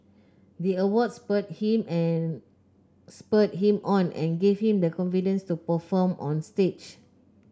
the award spurred him and spurred him on and gave him the confidence to perform on stage